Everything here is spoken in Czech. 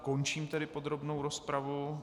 Končím tedy podrobnou rozpravu.